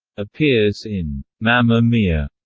appears in mamma mia,